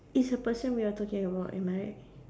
it's a person we are talking about am I right